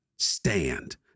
stand